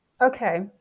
Okay